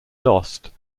lost